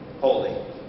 holy